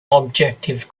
objective